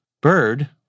Bird